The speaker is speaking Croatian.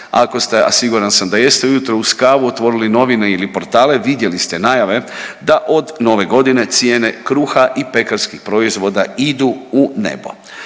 ako ste a siguran sam da jeste u jutro uz kavu otvorili novine ili portale vidjeli ste najave da od nove godine cijene kruha i pekarskih proizvoda idu u nebo.